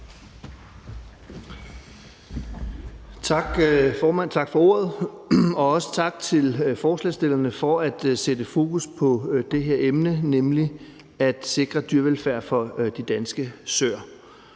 Tak for ordet, formand, og også tak til forslagsstillerne for at sætte fokus på det her emne, nemlig at sikre dyrevelfærd for de danske søer.